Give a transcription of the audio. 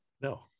No